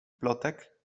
plotek